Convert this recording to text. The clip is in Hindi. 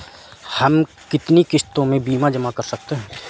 हम कितनी किश्तों में बीमा जमा कर सकते हैं?